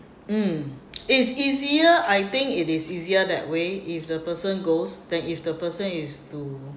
mm it's easier I think it is easier that way if the person goes then if the person is to